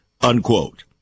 unquote